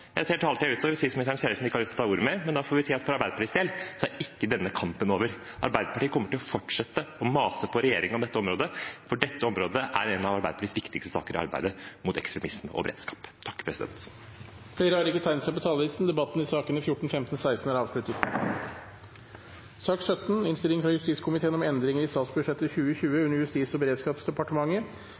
Jeg ser taletiden er ute, og justisministeren ser ut som om hun ikke har lyst til å ta ordet mer. Men da får vi si at for Arbeiderpartiets del er ikke denne kampen over. Arbeiderpartiet kommer til å fortsette å mase på regjeringen om dette området, for dette området er en av Arbeiderpartiets viktigste saker i arbeidet mot ekstremisme, og beredskap der. Flere har ikke bedt om ordet til sakene nr. 14–16. Ingen har bedt om ordet. Etter ønske fra transport- og kommunikasjonskomiteen vil sakene nr. 18–20 behandles under ett. Etter ønske fra transport- og